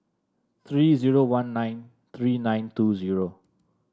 three zero one nine three nine two zero